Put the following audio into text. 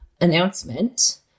announcement